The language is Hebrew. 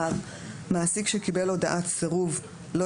"אישור המשטרה 3. (ו) "מעסיק שקיבל הודעת סירוב לא